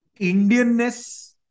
Indianness